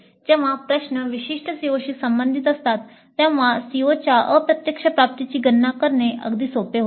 जेव्हा प्रश्न विशिष्ट COशी संबंधित असतात तेव्हा COच्या अप्रत्यक्ष प्राप्तीची गणना करणे अगदी सोपे होते